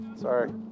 Sorry